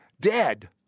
dead